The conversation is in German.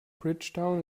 bridgetown